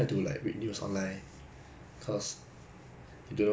ya then like that time just now 刚刚而已 lah 我看到一个 facebook post